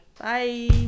Bye